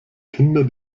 kinder